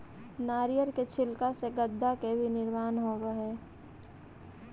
नारियर के छिलका से गद्दा के भी निर्माण होवऽ हई